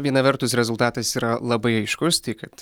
viena vertus rezultatas yra labai aiškus tai kad